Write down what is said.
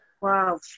Wow